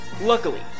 Luckily